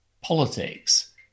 politics